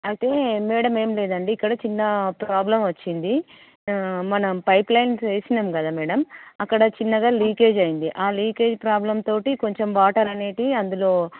అయితే మ్యాడమ్ ఏమి లేదండి ఇక్కడ చిన్న ప్రాబ్లం వచ్చింది మన పైప్ లైన్స్ వేసినాం కదా మ్యాడమ్ అక్కడ చిన్నగా లీకేజ్ అయింది ఆ లీకేజ్ ప్రాబ్లెమ్తో కొంచం వాటర్ అనేవి అందులో